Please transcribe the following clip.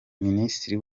minisitiri